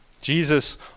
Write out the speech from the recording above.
Jesus